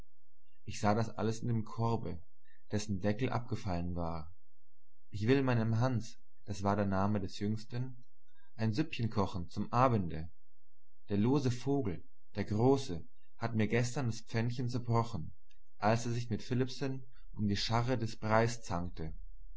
ich sah das alles in dem korbe dessen deckel abgefallen war ich will meinem hans das war der name des jüngsten ein süppchen kochen zum abende der lose vogel der große hat mir gestern das pfännchen zerbrochen als er sich mit philippsen um die scharre des breis zankte